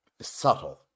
subtle